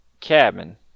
cabin